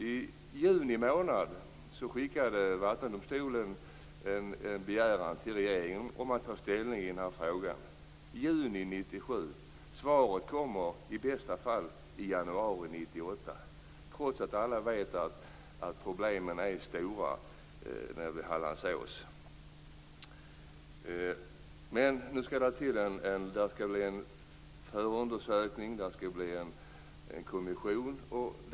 I juni månad 1997 skickade Vattendomstolen en begäran till regeringen att regeringen skulle ta ställning i den här frågan. Svaret kommer i bästa fall i januari 1998, trots att alla vet att problemen är stora nere vid Hallandsås. Nu skall det bli en förundersökning, och en kommission skall tillsättas.